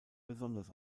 besonders